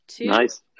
nice